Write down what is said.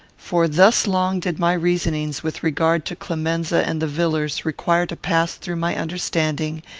for thus long did my reasonings with regard to clemenza and the villars require to pass through my understanding,